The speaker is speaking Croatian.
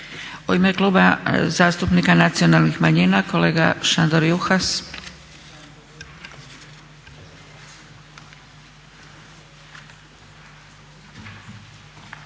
U ime Kluba zastupnika nacionalnih manjina kolega Šandor Juhas.